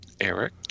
Eric